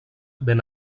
ben